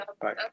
bye